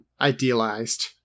idealized